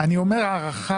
אני אומר הערכה,